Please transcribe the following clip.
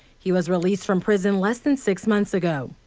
he was released from prison less than six months ago.